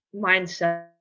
mindset